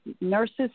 nurse's